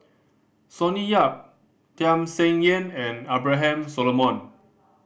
Sonny Yap Tham Sien Yen and Abraham Solomon